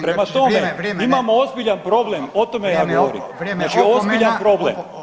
Prema tome [[Upadica Radin: Hvala g. Grčić, vrijeme, vrijeme.]] imamo ozbiljan problem, o tome ja govorim, znači ozbiljan problem.